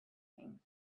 things